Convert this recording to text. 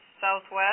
southwest